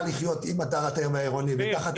לחיות עם אתר הטבע העירוני ותחת הפלישות הקיימות